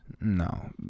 No